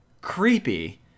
creepy